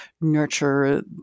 nurture